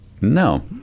No